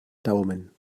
daumen